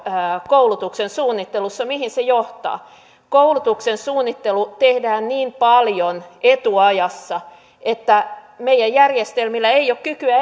koulutuksen suunnittelussa johtaa koulutuksen suunnittelu tehdään niin paljon etuajassa että meidän järjestelmillämme ei ole kykyä